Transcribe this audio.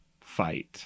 fight